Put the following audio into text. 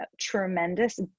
tremendous